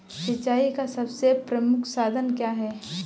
सिंचाई का सबसे प्रमुख साधन क्या है?